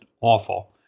awful